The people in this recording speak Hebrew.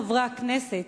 חברי הכנסת,